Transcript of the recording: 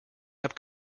have